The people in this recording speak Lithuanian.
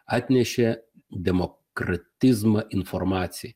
atnešė demokratizmą informacijai